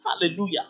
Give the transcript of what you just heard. hallelujah